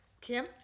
Kim